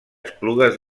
esplugues